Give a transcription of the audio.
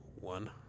One